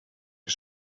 que